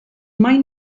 mai